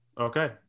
Okay